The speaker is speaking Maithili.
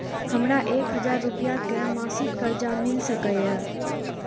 हमरा एक हजार रुपया के मासिक कर्जा मिल सकैये?